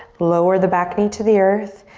lower the back knee to the earth.